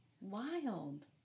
Wild